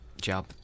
job